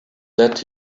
that